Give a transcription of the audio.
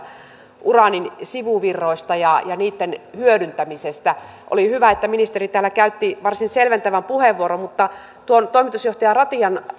puhui näistä uraanin sivuvirroista ja ja niitten hyödyntämisestä oli hyvä että ministeri täällä käytti varsin selventävän puheenvuoron mutta tuosta ratian